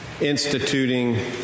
instituting